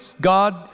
God